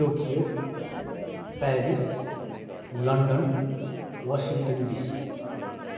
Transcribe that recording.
Tokyo Paris London Washington DC